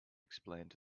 explained